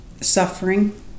suffering